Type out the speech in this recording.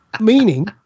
Meaning